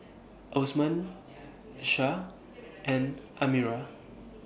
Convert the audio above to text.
Osman Syah and Amirah